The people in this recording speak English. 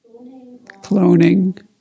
cloning